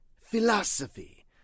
philosophy